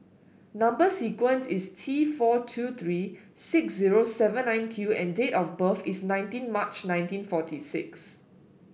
number sequence is T four two three six zero seven nine Q and date of birth is nineteen March nineteen forty six